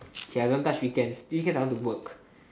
K I don't touch weekends weekends I want to work